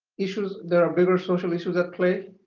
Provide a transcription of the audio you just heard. issues. there are bigger social issues at play.